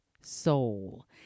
Soul